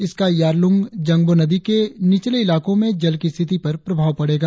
इसका Yarlung Zangbo नदी के निचले इलाकों में जल की स्थिति पर प्रभाव पड़ेगा